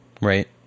Right